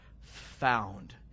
found